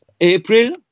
April